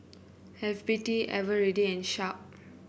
F B T Eveready and Sharp